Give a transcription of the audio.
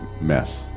mess